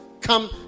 come